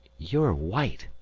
you're white,